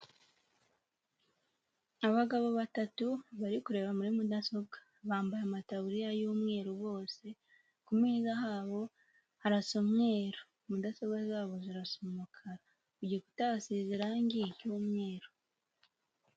Abagabo batatu bari kureba muri mudasobwa bambaye amataburiya y'umweru bose, ku meza habo harasa umweru, mudasobwa zabo zirasa umukara, ku gikuta hasize irange ry'umweru.